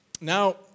Now